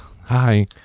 Hi